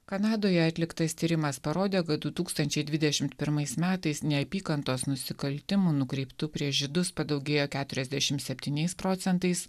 kanadoje atliktas tyrimas parodė kad du tūkstančiai dvidešimt pirmais metais neapykantos nusikaltimų nukreiptų prieš žydus padaugėjo keturiasdešim septyniais procentais